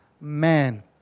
man